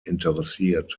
interessiert